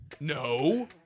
No